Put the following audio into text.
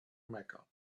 mecca